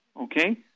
Okay